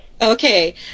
Okay